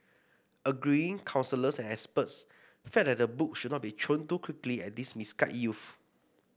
agreeing counsellors and experts felt that the book should not be thrown too quickly at these misguided youths